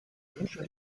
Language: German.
wünsche